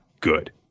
good